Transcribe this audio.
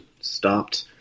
stopped